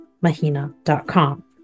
Mahina.com